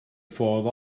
ffordd